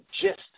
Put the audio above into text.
gist